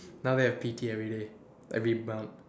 now they have P_T every day every m~